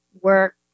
work